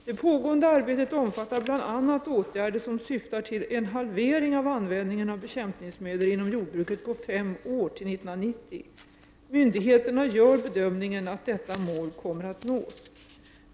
Det pågående arbetet omfattar bl.a. åtgärder som syftar till en halvering av användningen av bekämpningsmedel inom jordbruket. Myndigheterna gör bedömningen att detta mål kommer att nås.